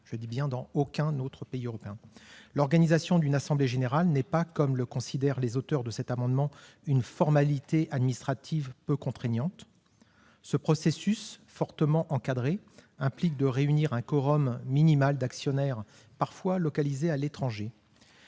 insiste, dans aucun autre pays européen. L'organisation d'une assemblée générale n'est pas, comme le considèrent les auteurs de cet amendement, une « formalité administrative peu contraignante ». Ce processus, fortement encadré, implique de réunir un quorum minimal d'actionnaires, parfois localisés à l'étranger.